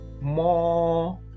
more